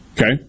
Okay